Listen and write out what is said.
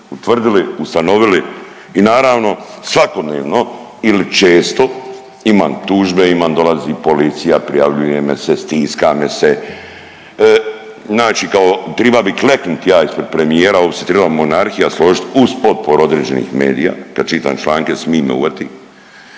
utvrdili, ustanovili i naravno svakodnevno ili često imam tužbe, dolazi policija, prijavljuje me se, stiska me se. Znači kao triba bi kleknut ja ispred premijera, ovo bi se trebala monarhija složiti uz potporu određenih medija. Kad čitam članke smih me uhvati.